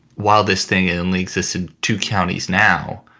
while this thing only exists in two counties now,